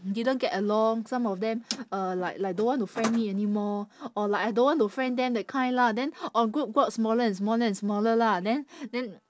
didn't get along some of them uh like like don't want to friend me anymore or like I don't want to friend them that kind lah then our group got smaller and smaller and smaller lah then then